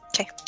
Okay